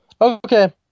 Okay